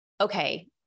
okay